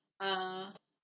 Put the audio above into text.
uh